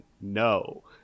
no